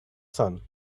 sun